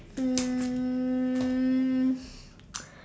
um